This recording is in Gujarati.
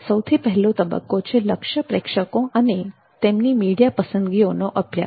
સૌથી પહેલો તબક્કો છે લક્ષ્ય પ્રેક્ષકો અને તેમની મીડિયા પસંદગીઓનો અભ્યાસ